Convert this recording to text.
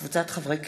וקבוצת חברי הכנסת,